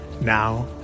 Now